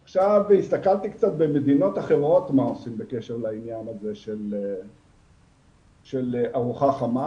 הסתכלתי קצת מה עושים במדינות אחרות בקשר לעניין הזה של ארוחה חמה,